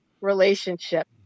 relationship